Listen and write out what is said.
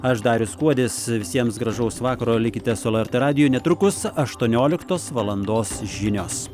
aš darius kuodis visiems gražaus vakaro likite su lrt radiju netrukus aštuonioliktos valandos žinios